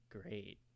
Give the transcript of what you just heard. great